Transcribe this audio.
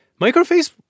Microface